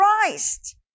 Christ